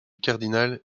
cardinal